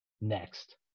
next